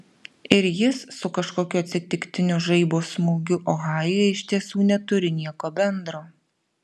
ir jis su kažkokiu atsitiktiniu žaibo smūgiu ohajuje iš tiesų neturi nieko bendro